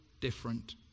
different